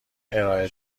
ارائه